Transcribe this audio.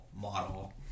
model